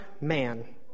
man